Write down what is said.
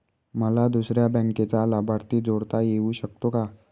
मला दुसऱ्या बँकेचा लाभार्थी जोडता येऊ शकतो का?